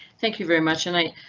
thank you very much and i.